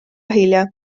hilja